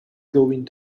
going